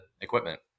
equipment